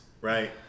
right